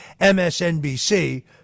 MSNBC